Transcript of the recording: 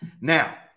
Now